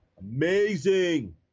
amazing